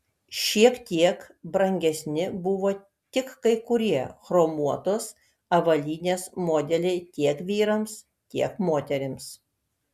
šiek tiek brangesni buvo tik kai kurie chromuotos avalynės modeliai tiek vyrams tiek moterims